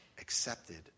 accepted